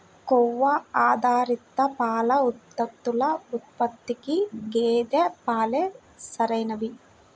కొవ్వు ఆధారిత పాల ఉత్పత్తుల ఉత్పత్తికి గేదె పాలే సరైనవి